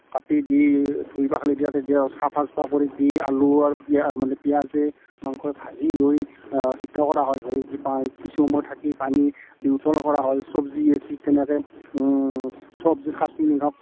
কাটি দি ধুই পখালি দিয়া তেতিয়া তাক চাফা তাফা কৰি দি আলু আৰু পিঁয়া মানে পিঁয়াজে মাংসই ভাজি লৈ সিদ্ধ কৰা হয় হৈ কিছু সময় থাকি পানী দি উতল কৰা হয় চব্জি ঠিক তেনেকৈ চব্জি কাটি নিহক